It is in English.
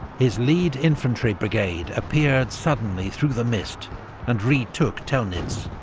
his lead infantry brigade appeared suddenly through the mist and retook telnitz,